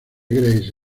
grace